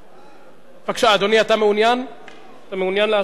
בבקשה, אדוני, אתה מעוניין להשיב?